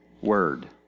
word